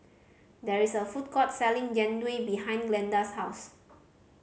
there is a food court selling Jian Dui behind Glenda's house